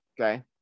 Okay